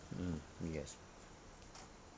mm mm yes